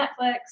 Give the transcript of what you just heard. Netflix